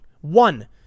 one